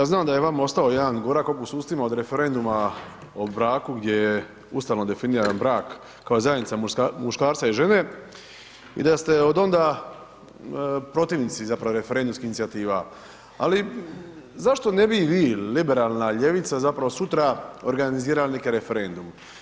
Poštovani kolega, ja znam da je vama ostao jedan gorak okus u ustima od referenduma o braku gdje je ustavom definiran brak kao zajednica muškarca i žene i da ste odonda protivnici zapravo referendumskih inicijativa, ali zašto ne bi i vi liberalna ljevica zapravo sutra organizirali neki referendum?